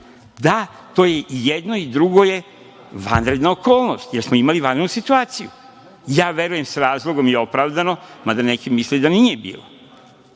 Da, i jedno i drugo je vanredna okolnost, jer smo imali vanrednu situaciju. Verujem sa razlogom i opravdano, mada neki misle da nije bilo,